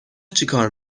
چیکار